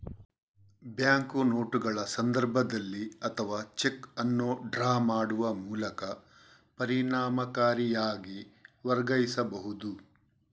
bank ನೋಟುಗಳ ಸಂದರ್ಭದಲ್ಲಿ ಅಥವಾ ಚೆಕ್ ಅನ್ನು ಡ್ರಾ ಮಾಡುವ ಮೂಲಕ ಪರಿಣಾಮಕಾರಿಯಾಗಿ ವರ್ಗಾಯಿಸಬಹುದು